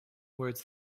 words